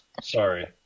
Sorry